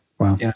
Wow